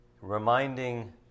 reminding